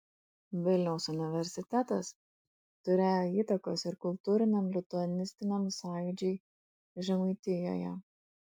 vilniaus universitetas turėjo įtakos ir kultūriniam lituanistiniam sąjūdžiui žemaitijoje